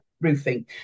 roofing